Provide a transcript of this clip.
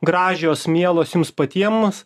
gražios mielos jums patiems